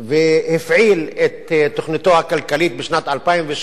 והפעיל את תוכניתו הכלכלית בשנת 2003,